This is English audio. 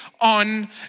on